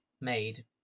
made